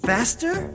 Faster